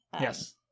Yes